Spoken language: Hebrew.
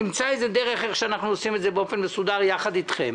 נמצא איזו דרך איך שאנחנו עושים את זה באופן מסודר יחד אתכם